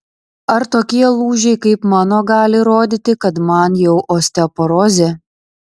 ar tokie lūžiai kaip mano gali rodyti kad man jau osteoporozė